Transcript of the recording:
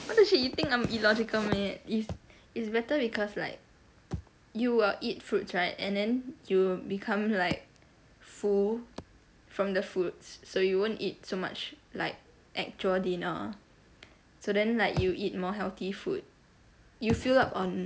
what the shit you think I'm illogical meh it's it's better because like you will eat fruits right and then you become like full from the fruits so you won't eat so much like actual dinner so then like you eat more healthy food you fill up on